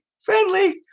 friendly